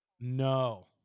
No